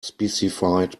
specified